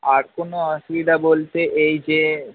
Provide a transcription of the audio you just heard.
আর কোনো অসুবিধা বলতে এই যে